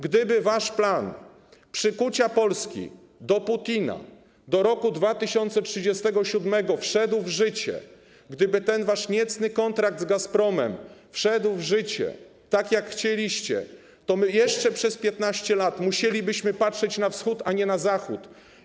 Gdyby wasz plan przykucia Polski do Putina do roku 2037 wszedł w życie, gdyby ten wasz niecny kontrakt z Gazpromem wszedł w życie tak, jak chcieliście, to jeszcze przez 15 lat musielibyśmy patrzeć na Wschód, a nie na Zachód.